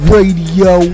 Radio